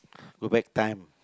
go back time